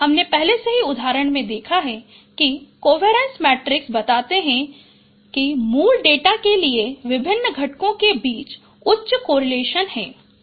हमने पहले से ही उदाहरण में देखा है कि कोवेरिएंस मैट्रिक्स बताते हैं कि मूल डेटा के लिए विभिन्न घटकों के बीच उच्च कोरिलेशन हैं